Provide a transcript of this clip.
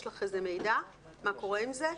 יש לך מידע מה קורה עם זה?